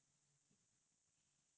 ya I saw I read the form